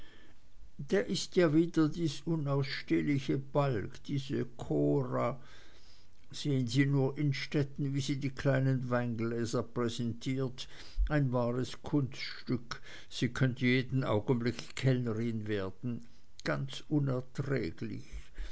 da ist ja wieder dies unausstehliche balg diese cora sehen sie nur innstetten wie sie die kleinen weingläser präsentiert ein wahres kunststück sie könnte jeden augenblick kellnerin werden ganz unerträglich